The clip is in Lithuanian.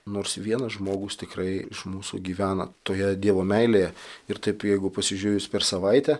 nors vienas žmogus tikrai iš mūsų gyvena toje dievo meilėje ir taip jeigu pasižiūrėjus per savaitę